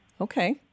Okay